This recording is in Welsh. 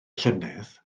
llynedd